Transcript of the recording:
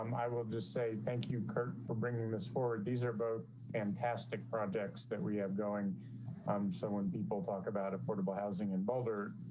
um i will just say thank you for bringing this forward. these are both and plastic projects that we have going um so people talk about affordable housing in boulder,